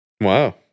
Wow